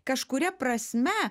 kažkuria prasme